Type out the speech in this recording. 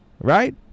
Right